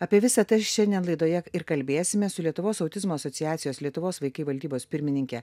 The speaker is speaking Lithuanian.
apie visa tai šiandien laidoje ir kalbėsime su lietuvos autizmo asociacijos lietuvos vaikai valdybos pirmininke